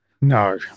No